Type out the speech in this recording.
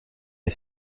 est